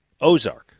Ozark